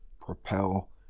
propel